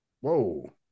Whoa